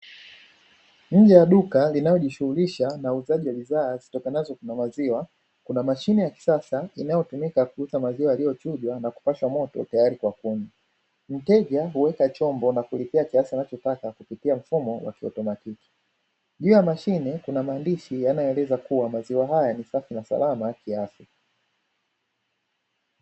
Nje ya duka linalojishulisha na uuzaji bidhaa zitokanazo na maziwa, kuna mashine ya kisasa inayotumika kutunza maziwa yaliyochujwa na kupashwa moto tayari kwa kunywa. mteja huweka chombo na kulipia kiasi anachotaka kupitia mfumo wa kiautomatiki, juu ya mashine kuna maandishi yanayoeleza kuwa maziwa haya ni safi na salama kiafya.